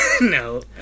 No